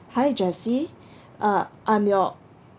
hi jessie uh I'm your